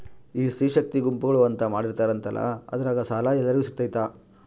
ಈ ಸ್ತ್ರೇ ಶಕ್ತಿ ಗುಂಪುಗಳು ಅಂತ ಮಾಡಿರ್ತಾರಂತಲ ಅದ್ರಾಗ ಸಾಲ ಎಲ್ಲರಿಗೂ ಸಿಗತೈತಾ?